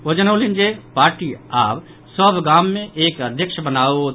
ओ जनौलनि अछि जे पार्टी आब सभ गाम मे एक अध्यक्ष बनाओत